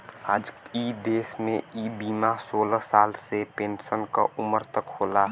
आजकल इ देस में इ बीमा सोलह साल से पेन्सन क उमर तक होला